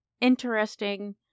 interesting